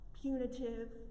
punitive